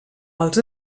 als